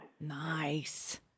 Nice